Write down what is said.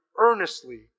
earnestly